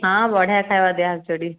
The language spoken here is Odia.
ହଁ ବଢ଼ିଆ ଖାଇବା ଦିଆ ହେଉଛି ସେହିଠି